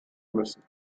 müssen